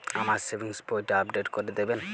আমার সেভিংস বইটা আপডেট করে দেবেন?